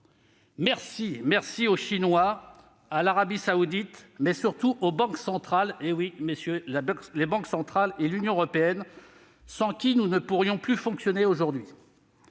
merci aux Chinois, à l'Arabie Saoudite, mais surtout aux banques centrales et à l'Union européenne, sans lesquels nous ne pourrions plus fonctionner aujourd'hui